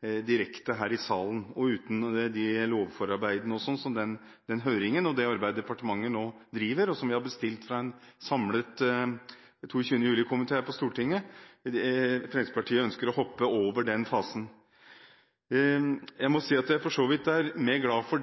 direkte her i salen, uavhengig av høringen, lovforarbeidet og det arbeidet som departementet nå gjør, og som en samlet 22. juli-komité på Stortinget har bestilt. Fremskrittspartiet ønsker å hoppe over den fasen. Jeg er for så vidt mer glad for